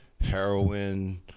heroin